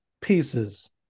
Pieces